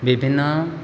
ବିଭିନ୍ନ